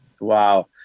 Wow